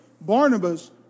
Barnabas